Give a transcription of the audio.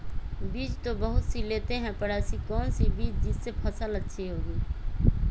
बीज तो बहुत सी लेते हैं पर ऐसी कौन सी बिज जिससे फसल अच्छी होगी?